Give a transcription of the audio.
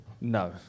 No